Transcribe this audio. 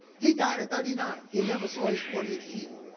he died at thirty nine. he never saw his fortieth year.